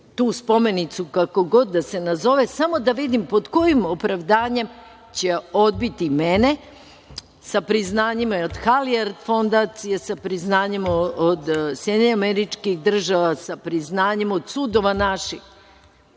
tu spomenicu kako god da se nazove, samo da vidim pod kojim opravdanjem će odbiti mene sa priznanjima i od „Halijard“ fondacije, sa priznanjima od SAD, sa priznanjima od sudova naših,